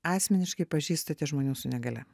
asmeniškai pažįstate žmonių su negalia